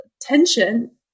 tension